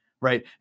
right